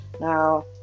Now